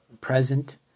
present